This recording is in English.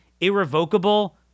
irrevocable